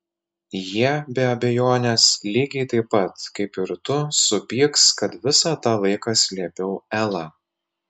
jie be abejonės lygiai taip pat kaip ir tu supyks kad visą tą laiką slėpiau elą